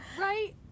right